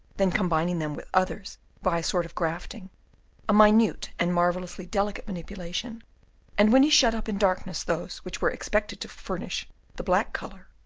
then combining them with others by a sort of grafting a minute and marvellously delicate manipulation and when he shut up in darkness those which were expected to furnish the black colour,